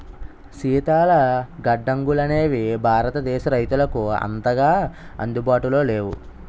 శీతల గడ్డంగులనేవి భారతదేశ రైతులకు అంతగా అందుబాటులో లేవు